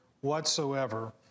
whatsoever